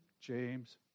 James